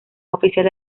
oficial